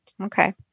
Okay